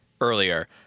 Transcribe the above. earlier